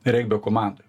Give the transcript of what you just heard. regbio komandoj